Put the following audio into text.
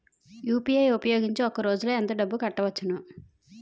UPI ఉపయోగించి ఒక రోజులో ఎంత డబ్బులు కట్టవచ్చు?